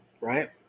right